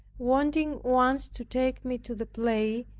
wanting once to take me to the play,